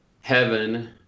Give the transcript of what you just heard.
heaven